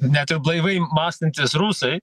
net ir blaivai mąstantys rusai